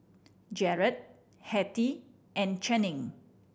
Jarod Hetty and Channing